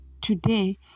today